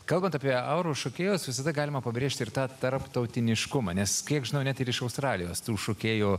kalbant apie auros šokėjus visada galima pabrėžti ir tą tarptautiškumą nes kiek žinau net ir iš australijos tų šokėjų